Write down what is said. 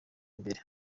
imbere